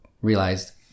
realized